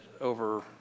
over